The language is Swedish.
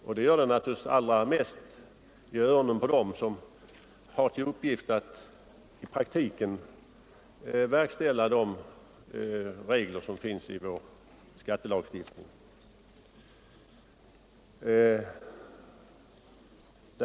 Och det gör det naturligtvis allra mest i öronen på dem som har till uppgift att i praktiken se till att reglerna i vår skattelagstiftning följs.